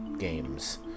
Games